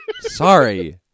Sorry